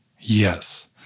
Yes